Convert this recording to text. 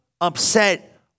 upset